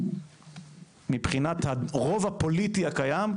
מבחינת הרוב הפוליטי הקיים,